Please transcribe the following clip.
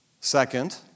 Second